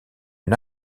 une